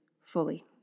fully